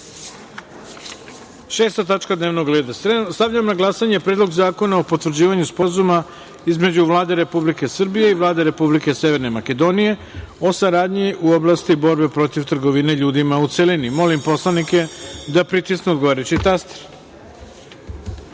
tačka dnevnog reda. Stavljam na glasanje Predlog zakona o potvrđivanju Sporazuma između Vlade Republike Srbije i Vlade Republike Severne Makedonije o saradnji u oblasti borbe protiv trgovine ljudima, u celini. Molim poslanike da pritisnu odgovarajući